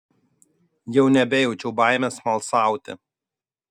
jau nebejaučiau baimės smalsauti